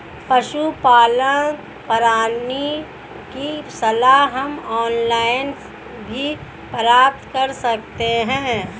पशुपालन प्रणाली की सलाह हम ऑनलाइन भी प्राप्त कर सकते हैं